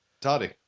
Toddy